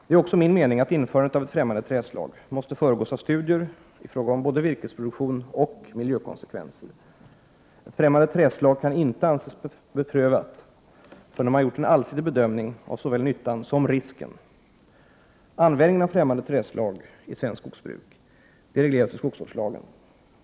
Det är också min mening att införandet av ett ffrämmande trädslag måste föregås av studier i fråga om både virkesproduktion och miljökonsekvenser. Ett främmande trädslag kan inte anses beprövat förrän en allsidig bedömning av såväl nyttan som risken har gjorts. Användningen av främmande trädslag i svenskt skogsbruk regleras i skogsvårdslagen .